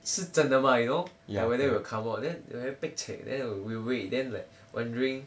是真的吗 you know whether it will come out then very pek cek then we wait then like wondering